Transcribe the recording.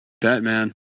Batman